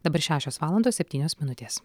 dabar šešios valandos septynios minutės